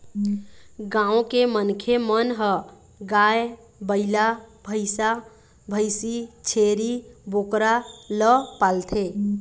गाँव के मनखे मन ह गाय, बइला, भइसा, भइसी, छेरी, बोकरा ल पालथे